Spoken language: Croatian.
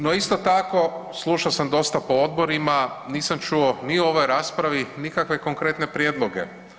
No isto tako, slušao sam dosta po odborima, nisam čuo ni u ovoj raspravi nikakve konkretne prijedloge.